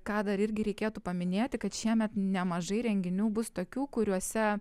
ką dar irgi reikėtų paminėti kad šiemet nemažai renginių bus tokių kuriuose